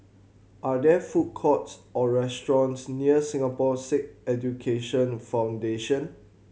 are there food courts or restaurants near Singapore Sikh Education Foundation